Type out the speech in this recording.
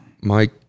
Mike